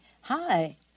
Hi